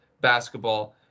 basketball